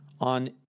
on